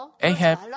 Ahab